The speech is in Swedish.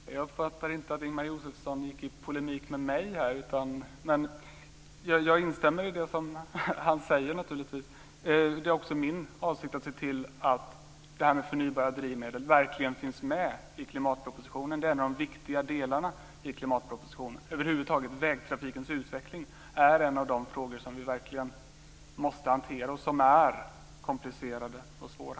Fru talman! Jag uppfattade inte att Ingemar Josefsson gick i polemik med mig här. Jag instämmer naturligtvis i det som han säger. Det är också min avsikt att se till att detta med förnybara drivmedel verkligen finns med i klimatpropositionen. Det är en av de viktiga delarna i klimatpropositionen. Vägtrafikens utveckling över huvud taget är en av de frågor som vi verkligen måste hantera och som är komplicerade och svåra.